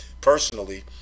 Personally